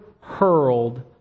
hurled